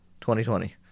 2020